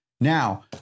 Now